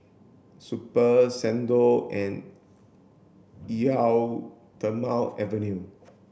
Super Xndo and Eau Thermale Avene